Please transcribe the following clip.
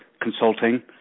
consulting